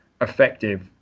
effective